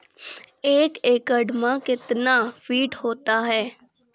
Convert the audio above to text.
एक एकड मे कितना फीट होता हैं?